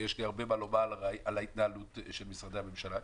יש לי הרבה מה לומר על ההתנהלות של משרדי הממשלה.